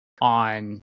on